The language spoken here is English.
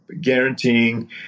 guaranteeing